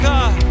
God